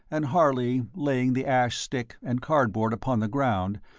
and harley, laying the ash stick and cardboard upon the ground,